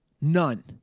None